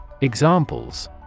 Examples